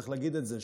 צריך להגיד את זה,